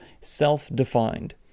self-defined